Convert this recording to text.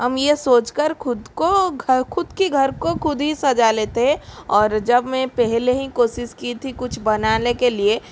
हम यह सोच कर ख़ुद को खुद के घर को खुद ही सजा लेते हैं ओर जब मैं पहले ही कोशिश की थी कुछ बनाने के लिए